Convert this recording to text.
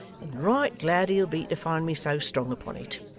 and right glad he'll be to find me so strong upon it.